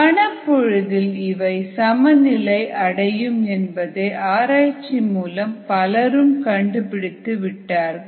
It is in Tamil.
கணப்பொழுதில் இவை சமநிலை அடையும் என்பதை ஆராய்ச்சி மூலம் பலரும் கண்டுபிடித்துவிட்டார்கள்